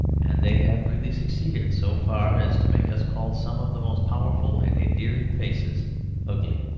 and they have really succeeded so far as to make us call some of the most powerful and endearing faces ugly,